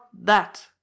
that